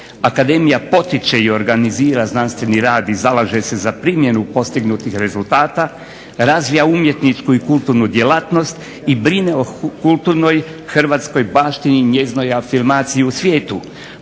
Akademija potiče i organizira znanstveni rad i zalaže se za primjenu postignutih rezultata, razvija umjetničku i kulturnu djelatnost i brine o kulturnoj baštini i njezinoj afirmaciji u svijetu,